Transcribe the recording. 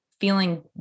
feeling